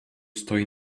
stoi